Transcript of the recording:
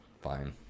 fine